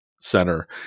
center